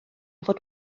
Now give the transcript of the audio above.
fod